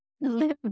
live